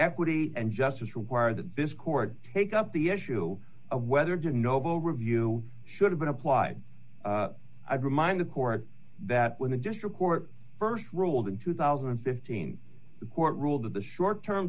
equity and justice require that this court take up the issue of whether gin noble review should have been applied i'd remind the court that when the district court st ruled in two thousand and fifteen the court ruled that the short term